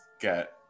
get